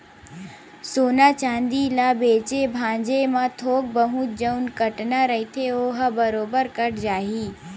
सोना चांदी ल बेंचे भांजे म थोक बहुत जउन कटना रहिथे ओहा बरोबर कट जाही